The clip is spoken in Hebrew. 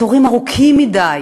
התורים ארוכים מדי.